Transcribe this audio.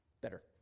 better